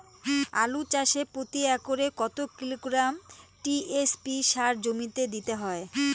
আলু চাষে প্রতি একরে কত কিলোগ্রাম টি.এস.পি সার জমিতে দিতে হয়?